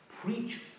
preach